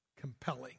compelling